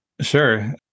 Sure